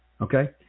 okay